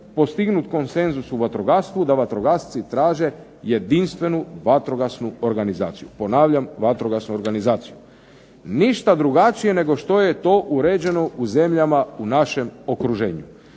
postignut konsenzus u vatrogastvu, da vatrogasci traže jedinstvenu vatrogasnu organizaciju, ponavljam vatrogasnu organizaciju. Ništa drugačije nego što je to uređeno u zemljama u našem okruženju.